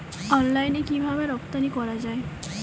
অনলাইনে কিভাবে রপ্তানি করা যায়?